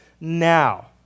now